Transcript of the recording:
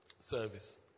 service